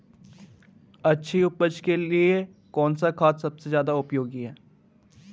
अच्छी उपज के लिए कौन सा खाद सबसे ज़्यादा उपयोगी है?